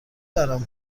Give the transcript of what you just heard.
برام